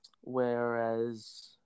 whereas